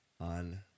on